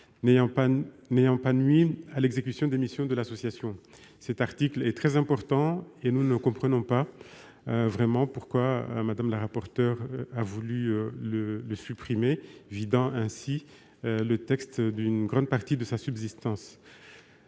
n'ayant pas nui à l'exécution des missions de l'association. Cet article est très important. Nous ne comprenons pas vraiment pourquoi Mme la rapporteur a voulu le supprimer, vidant ainsi le texte d'une grande partie de sa substance.